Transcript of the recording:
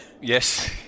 Yes